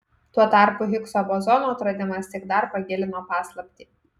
tuo tarpu higso bozono atradimas tik dar pagilino paslaptį